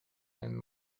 and